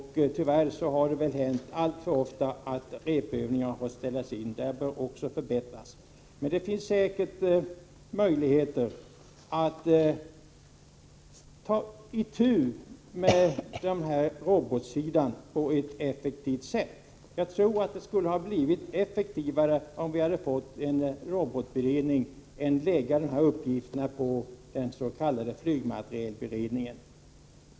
Tyvärr har det alltför ofta hänt att repövningar har fått ställas in. I det avseendet bör också förbättringar ske. Det finns säkert möjligheter att ta itu med robotfrågorna på ett effektivt sätt. Jag tror att det skulle ha varit effektivare om man hade tillsatt en robotberedning i stället för att lägga de här uppgifterna på den s.k. flygmaterielberedningen.